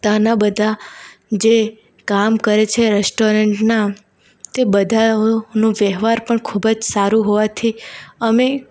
ત્યાંના બધાં જે કામ કરે છે રેસ્ટોરન્ટના તે બધાંઓનો વ્યવહાર ખૂબ જ સારો હોવાથી અમે